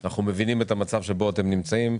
אנחנו מבינים את המצב שבו אתם נמצאים,